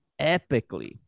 epically